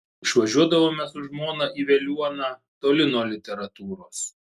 išvažiuodavome su žmona į veliuoną toli nuo literatūros